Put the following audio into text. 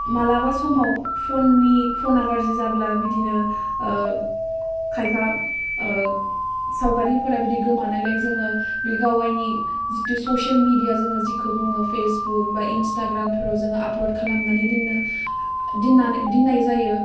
मालाबा समाव फननि फना गाज्रि जाब्ला बिदिनो खायफा सावगारिफोरा बिदि गोमानायलाय जोङो बे गावाइनि जिथु ससेल मेडिया जोङो जिखौ बुङो फेसबुक बा इनस्टाग्रामफोराव जोङो आपलड खालामनानै दोन्नो दोननानै दोननाय जायो